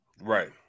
Right